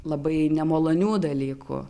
labai nemalonių dalykų